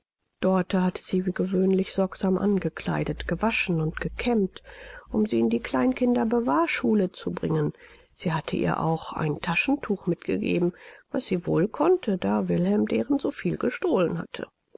dorte hatte sie wie gewöhnlich sorgsam angekleidet gewaschen und gekämmt um sie in die klein kinderbewahrschule zu bringen sie hatte ihr auch ein taschentuch mitgegeben was sie wohl konnte da wilhelm deren so viel gestohlen hatte